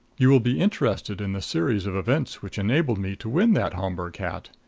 you will be interested in the series of events which enabled me to win that homburg hat?